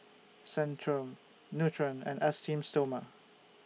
Centrum Nutren and Esteem Stoma